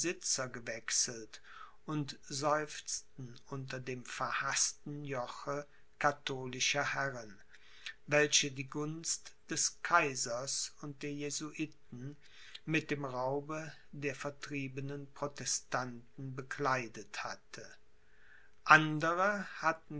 gewechselt und seufzten unter dem verhaßten joche katholischer herren welche die gunst des kaisers und der jesuiten mit dem raube der vertriebenen protestanten bekleidet hatte andere hatten